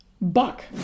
buck